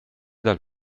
dal